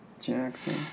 Jackson